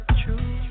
true